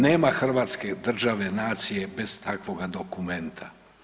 Nema hrvatske države, nacije bez takvoga dokumenta.